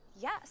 Yes